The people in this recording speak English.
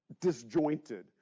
disjointed